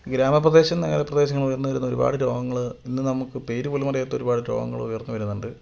ഗ്രാമപ്രദേശം നഗരപ്രദേശങ്ങളിൽ നിന്ന് ഉയർന്ന് വരുന്ന ഒരുപാട് രോഗങ്ങൾ ഇന്ന് നമുക്ക് പേര് പോലുമറിയാത്ത ഒരുപാട് രോഗങ്ങൾ ഉയർന്ന് വരുന്നുണ്ട്